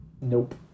nope